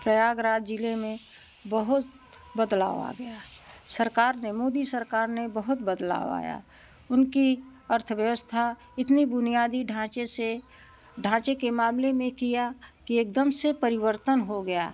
प्रयागराज जिले में बहुत बदलाव आ गया है सरकार ने मोदी सरकार ने बहुत बदलाव आया उनकी अर्थव्यवस्था इतनी बुनियादी ढाँचे से ढाँचे के मामले मे किया की एकदम से परिवर्तन हो गया